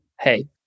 Hey